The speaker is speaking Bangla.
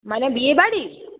মানে বিয়েবাড়ির